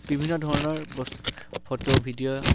বিভিন্ন ধৰণৰ photo video